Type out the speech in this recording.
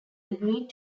agreed